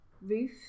roof